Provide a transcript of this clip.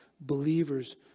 believers